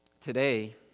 Today